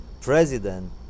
president